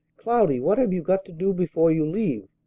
cloudy, what have you got to do before you leave?